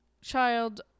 child